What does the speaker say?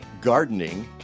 gardening